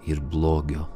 ir blogio